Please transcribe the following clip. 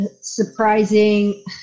surprising